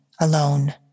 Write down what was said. alone